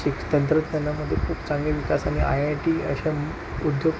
शिक तंत्रज्ञानामध्ये खूप चांगले विकास आणि आय आय टी अशा उद्योग